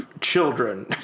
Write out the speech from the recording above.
children